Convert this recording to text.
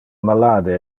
malade